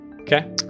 okay